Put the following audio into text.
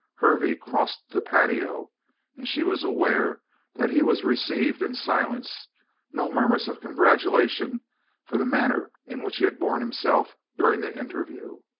hervey crossed the patio and she was aware that he was received in silence no murmurs of congratulation for the manner in which he had borne himself during the interview.